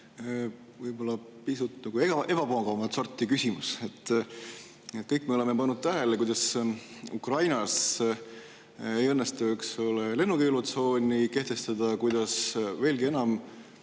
võib-olla pisut ebamugavat sorti küsimus. Kõik me oleme pannud tähele, kuidas Ukrainas ei õnnestu, eks ole, lennukeelutsooni kehtestada, kuidas, veelgi enam,